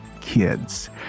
kids